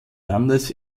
landes